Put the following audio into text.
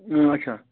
اَچھا